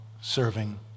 serving